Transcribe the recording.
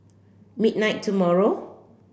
midnight tomorrow